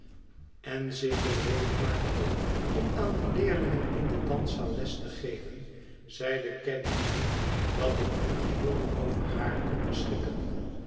en zich gereedmaakte om aan de leerlingen in de danszaal les te geven zeide caddy mij dat ik nu geheel over haar kon beschikken